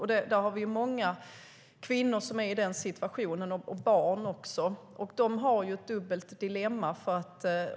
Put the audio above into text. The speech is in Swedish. Det är många kvinnor och även barn som är i den situationen, och de har ett dubbelt dilemma.